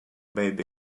baby